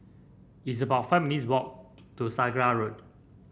it's about five minutes' walk to Sakra Road